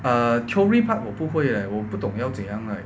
err theory part 我不会 leh 我不懂要怎样 right